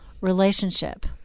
relationship